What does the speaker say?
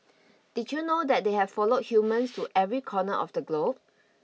did you know that they have followed humans to every corner of the globe